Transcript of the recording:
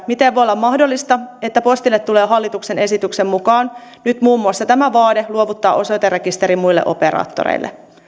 miten voi olla mahdollista että postille tulee hallituksen esityksen mukaan nyt muun muassa tämä vaade luovuttaa osoiterekisteri muille operaattoreille